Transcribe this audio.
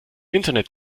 internet